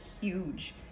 huge